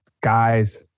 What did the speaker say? guys